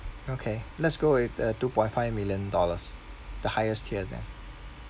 okay let's go with uh two point five million dollars the highest tier there